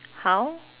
how